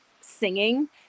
singing